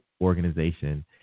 organization